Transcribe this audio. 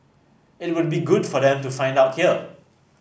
it would be good for them to find out here